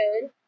good